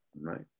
right